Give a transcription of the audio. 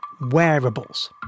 wearables